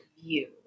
view